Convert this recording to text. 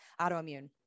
autoimmune